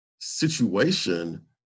situation